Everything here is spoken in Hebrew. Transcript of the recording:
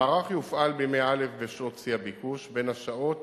המערך יופעל בימי א' בשעות שיא הביקוש, בין השעות